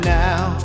now